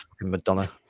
madonna